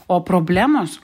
o problemos